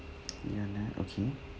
yeah and then okay